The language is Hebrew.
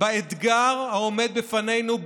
באתגר העומד בפנינו,